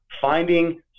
finding